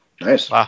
Nice